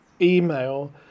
email